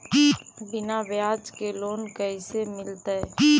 बिना ब्याज के लोन कैसे मिलतै?